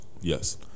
Yes